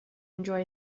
enjoy